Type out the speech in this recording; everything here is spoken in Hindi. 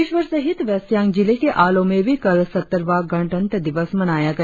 देशभर सहित वेस्ट सियांग जिले के आलों में भी कल सत्तरवां गणतंत्र दिवस मनाया गया